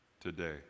today